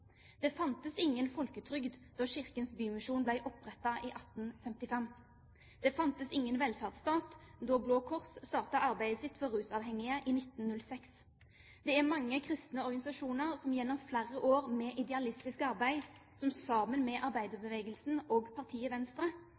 Det fantes ingen folketrygd da Kirkens Bymisjon ble opprettet i 1855. Det fantes ingen velferdsstat da Blå Kors startet arbeidet sitt for rusavhengige i 1906. Det er mange kristne organisasjoner som gjennom flere år med idealistisk arbeid sammen med arbeiderbevegelsen og partiet Venstre